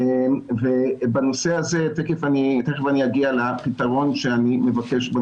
ובנושא הזה תיכף אני אגיע לפתרון שאני מבקש.